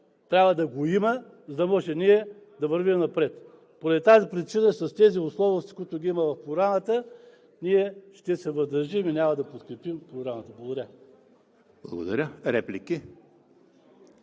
трябва да го има, за да можем ние да вървим напред. Поради тази причина с тези условности, които ги има в Програмата, ние ще се въздържим и няма да подкрепим Програмата. Благодаря. ПРЕДСЕДАТЕЛ